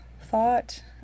thought